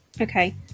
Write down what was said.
Okay